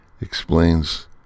explains